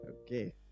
Okay